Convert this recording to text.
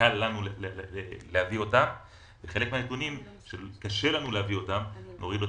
את הנתונים שקשה יהיה לנו להביא נצטרך להוריד.